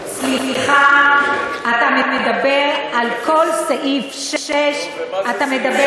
סליחה, אתה מדבר על כל סעיף 6, נו,